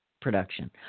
production